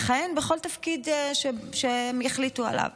לכהן בכל תפקיד שהם החליטו עליו.